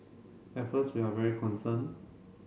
at first we are very concerned